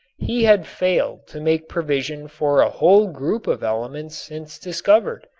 he had failed to make provision for a whole group of elements since discovered,